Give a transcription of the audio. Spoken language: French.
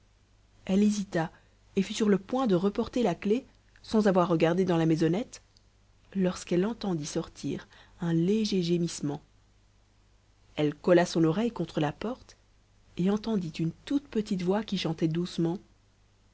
elle hésita et fut sur le point de reporter la clef sans avoir regardé dans la maisonnette lorsqu'elle entendit sortir un léger gémissement elle colla son oreille contre la porte et entendit une toute petite voix qui chantait doucement